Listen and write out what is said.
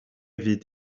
fyd